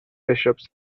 bishops